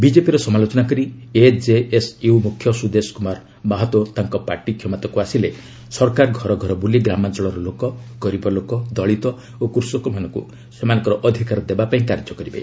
ବିଜେପିର ସମାଲୋଚନା କରି ଏଜେଏସ୍ୟୁ ମୁଖ୍ୟ ସୁଦେଶ କୁମାର ମାହତୋ ତାଙ୍କ ପାର୍ଟି କ୍ଷମତାକୁ ଆସିଲେ ସରକାର ଘର ଘର ବୁଲି ଗ୍ରାମାଞ୍ଚଳର ଲୋକ ଗରିବ ଲୋକ ଦଳିତ ଓ କୃଷକମାନଙ୍କୁ ସେମାନଙ୍କର ଅଧିକାର ଦେବା ପାଇଁ କାର୍ଯ୍ୟ କରିବେ